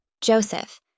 Joseph